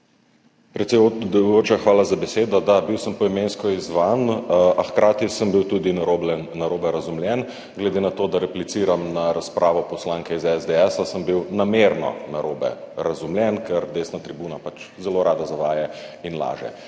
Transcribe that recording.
Predsedujoča, hvala za besedo. Da, bil sem poimensko izzvan, a hkrati sem bil tudi narobe razumljen. Glede na to, da repliciram na razpravo poslanke iz SDS, sem bil namerno narobe razumljen, ker desna tribuna pač zelo rada zavaja in laže.